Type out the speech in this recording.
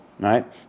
Right